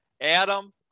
Adam